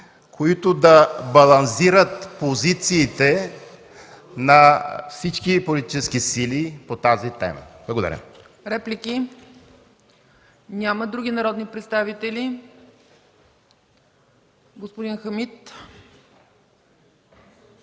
които да балансират позициите на всички политически сили по темата. Благодаря.